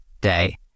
day